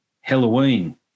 Halloween